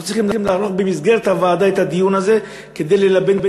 אנחנו צריכים לערוך במסגרת הוועדה את הדיון הזה כדי ללבן את